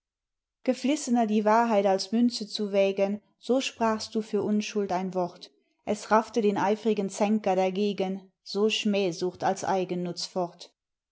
geflissner die wahrheit als münze zu wägen so sprachst du für unschuld ein wort es raffte den eifrigen zänker dagegen so schmähsucht als eigennutz